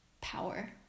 power